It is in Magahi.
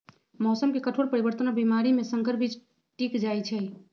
मौसम के कठोर परिवर्तन और बीमारी में संकर बीज टिक जाई छई